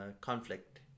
conflict